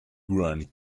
grande